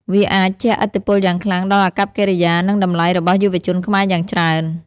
វាអាចជះឥទ្ធិពលយ៉ាងខ្លាំងដល់អាកប្បកិរិយា និងតម្លៃរបស់យុវជនខ្មែរយ៉ាងច្រើន។